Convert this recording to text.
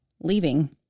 leaving